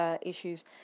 issues